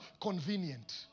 convenient